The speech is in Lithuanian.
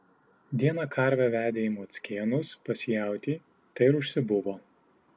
dieną karvę vedė į mockėnus pas jautį tai ir užsibuvo